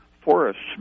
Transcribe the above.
forests